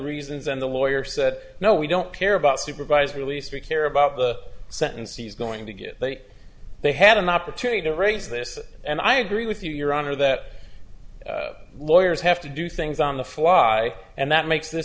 reasons and the lawyer said no we don't care about supervised release to care about the sentence he's going to get they had an opportunity to raise this and i agree with you your honor that lawyers have to do things on the fly and that makes